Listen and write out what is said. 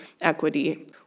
equity